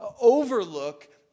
overlook